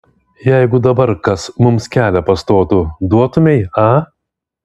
jeigu dabar kas mums kelią pastotų duotumei a